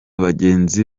bagenzi